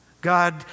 God